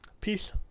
peace